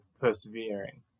persevering